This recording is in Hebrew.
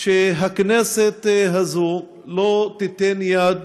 שהכנסת הזאת לא תיתן יד